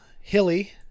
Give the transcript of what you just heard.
hilly